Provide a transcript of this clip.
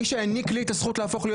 מי שהעניק לי את הזכות להפוך להיות